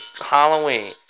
Halloween